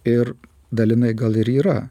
ir dalinai gal ir yra